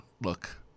look –